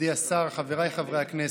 מכובדי השר, חבריי חברי הכנסת,